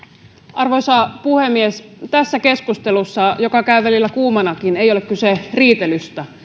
arvoisa puhemies tässä keskustelussa joka käy välillä kuumanakin ei ole kyse riitelystä